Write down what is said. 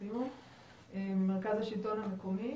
ממרכז השלטון המקומי.